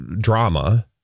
drama